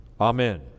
Amen